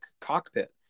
cockpit